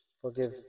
forgive